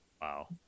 wow